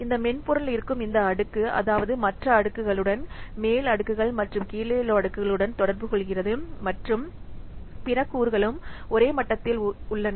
இந்த மென்பொருள் இருக்கும் இந்த அடுக்கு அதாவது மற்ற அடுக்குகளுடன் மேல் அடுக்குகள் மற்றும் கீழே உள்ள அடுக்குகளுடன் தொடர்பு கொள்கிறது மற்றும் பிற கூறுகளும் ஒரே மட்டத்தில் உள்ளன